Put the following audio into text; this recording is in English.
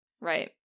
Right